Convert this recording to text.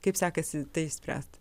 kaip sekasi tai išspręst